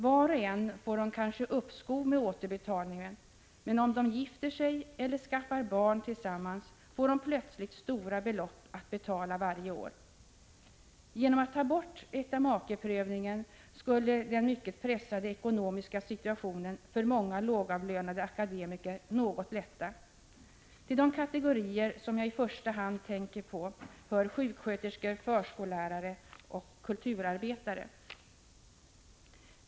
Var och en får de kanske uppskov med återbetalningen, men om de gifter sig eller skaffar barn tillsammans får de plötsligt stora belopp att betala varje år. Genom att ta bort äktamakeprövningen skulle den mycket pressade ekonomiska situationen för många lågavlönade akademiker något lätta. Till de kategorier som jag i första hand tänker på hör sjuksköterskor, förskollärare och kulturarbetare.